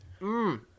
Mmm